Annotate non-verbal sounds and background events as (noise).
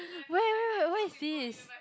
(laughs) where where where where is this